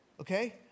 Okay